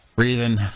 Breathing